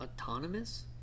autonomous